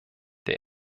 der